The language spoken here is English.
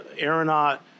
Aeronaut